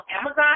Amazon